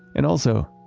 and also,